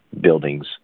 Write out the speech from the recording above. buildings